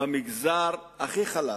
במגזר הכי חלש.